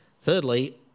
Thirdly